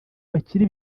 bakire